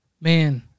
Man